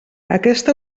aquesta